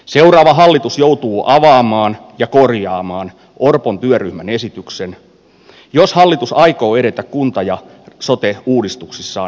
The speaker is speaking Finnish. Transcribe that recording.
seuraava hallitus joutuu avaamaan ja korjaamaan orpon työryhmän esityksen jos hallitus aikoo edetä kunta ja sote uudistuksissaan nykyisillä linjoillaan